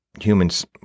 humans